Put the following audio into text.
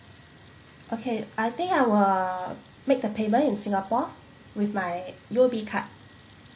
okay I think I will make the payment in singapore with my U_O_B card